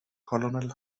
colonel